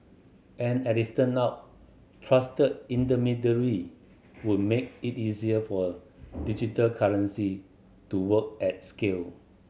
and as it turn out trusted intermediary would make it easier for digital currency to work at scale